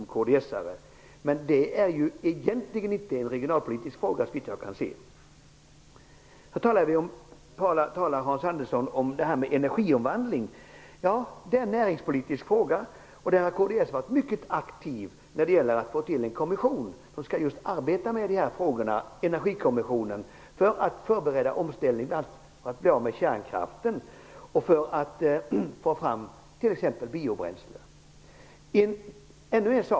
Men såvitt jag kan se är detta egentligen inte en regionalpolitisk fråga. Hans Andersson talade om energiomvandling, som är en näringspolitisk fråga. Kds har varit mycket aktivt för att få till stånd en kommission som skall arbeta med just dessa frågor, Energikommissionen. Syftet är att förbereda en omställning från kärnkraft till exempelvis biobränsle.